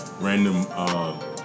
random